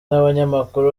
n’abanyamakuru